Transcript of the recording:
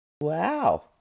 Wow